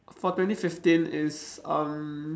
for twenty fifteen is um